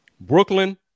Brooklyn